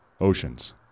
oceans